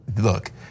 look